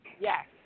Yes